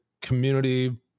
community